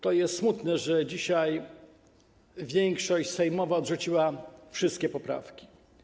To jest smutne, że dzisiaj większość sejmowa odrzuciła wszystkie poprawki.